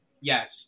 Yes